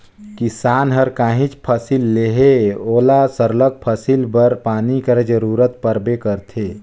किसान हर काहींच फसिल लेहे ओला सरलग फसिल बर पानी कर जरूरत परबे करथे